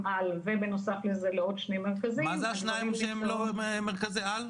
על ובנוסף לזה לעוד שני מרכזים --- מה זה השניים שזה לא מרכזי על?